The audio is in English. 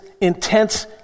intense